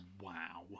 Wow